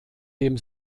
dem